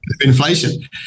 Inflation